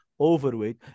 overweight